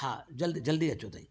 हा जल्दी जल्दी अचो ताईं